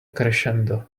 crescendo